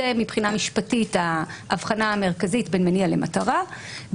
זו מבחינה משפטית ההבחנה המרכזית בין מניע למטרה.